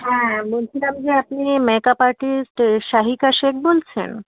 হ্যাঁ বলছিলাম যে আপনি make up artist Shahika Sheikh বলছেন